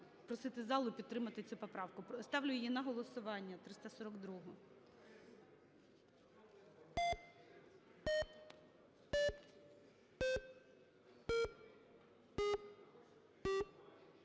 просити залу підтримати цю поправку. Ставлю її на голосування, 342-у.